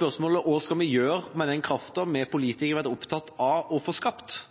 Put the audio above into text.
Spørsmålet er: Hva skal vi gjøre med denne kraften som vi politikere har vært opptatt av å få skapt